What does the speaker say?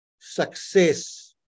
success